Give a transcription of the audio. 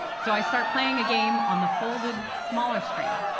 so i start playing a game on the folded smaller screen.